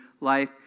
life